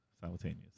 simultaneous